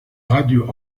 radio